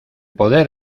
poder